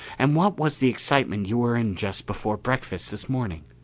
and what was the excitement you were in just before breakfast this morning?